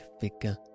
figure